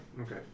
Okay